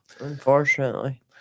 Unfortunately